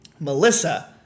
Melissa